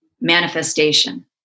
manifestation